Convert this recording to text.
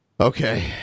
Okay